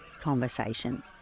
conversation